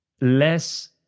less